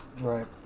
Right